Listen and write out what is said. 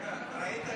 רגע, ראית אבן?